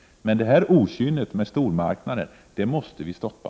Detta okynne med stormarknader måste vi stoppa.